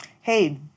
Hey